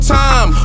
time